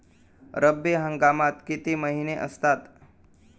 रब्बी हंगामात किती महिने असतात?